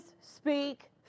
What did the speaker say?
speak